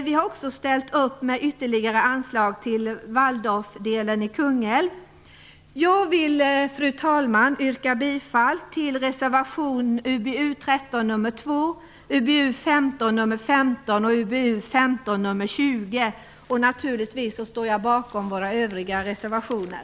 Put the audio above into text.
Vi har även ställt upp med ytterligare anslag till Waldorfdelen i Kungälv. Fru talman! Jag yrkar bifall till reservationerna 2 i UbU13 samt 15 och 20 i UbU15. Naturligtvis står jag bakom våra övriga reservationer.